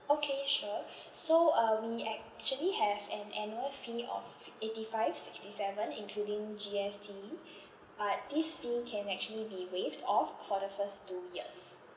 okay sure so uh we actually have an annual fee of fi~ eighty five sixty seven including G_S_T but this fee can actually be waived off for the first two years